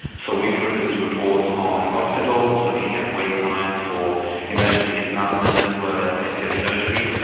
so we produce reports on hospitals, looking at wait times for emergency departments, as well as elective surgery.